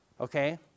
okay